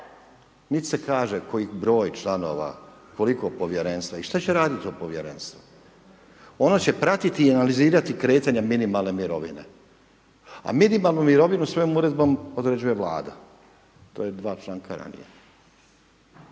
Nit se kaže koji broj članova, koliko povjerenstva i što će radit to povjerenstvo? Ono će pratiti i analizirati kretanja minimalne mirovine, a minimalnu mirovinu svojom Uredbom određuje Vlada. To je dva članka ranije.